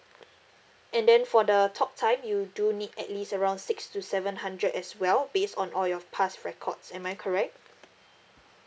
and then for the talk time you do need at least around six to seven hundred as well based on all your past records am I correct